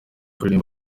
kurimba